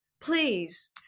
please